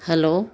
hello